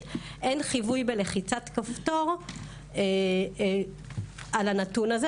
אין חיווי בלחיצת כפתור על הנתון הזה.